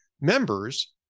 members